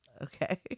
Okay